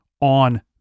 on